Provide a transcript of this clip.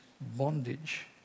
bondage